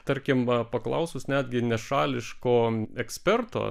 tarkim paklausus netgi nešališko eksperto